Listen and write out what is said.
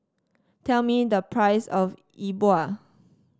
tell me the price of Yi Bua